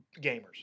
gamers